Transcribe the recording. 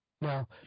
Now